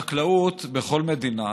חקלאות בכל מדינה,